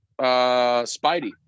Spidey